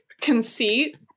conceit